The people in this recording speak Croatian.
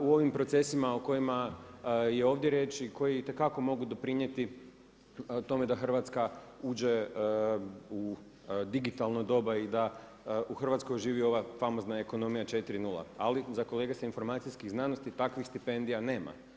u ovim procesima o kojima je ovdje riječ i koji itekako mogu doprinijeti tome da Hrvatska uđe u digitalno doba i da u Hrvatskoj živi ova famozna ekonomija 4 0, ali za kolege s informacijskih znanosti takvih stipendija nema.